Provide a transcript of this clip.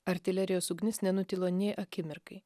artilerijos ugnis nenutilo nė akimirkai